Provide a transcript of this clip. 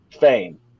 fame